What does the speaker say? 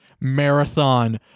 marathon